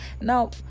Now